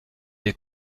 des